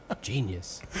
Genius